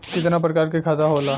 कितना प्रकार के खाता होला?